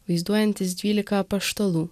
vaizduojantys dvylika apaštalų